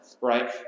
right